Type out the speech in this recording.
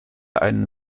einen